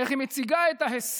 איך היא מציגה את ההישג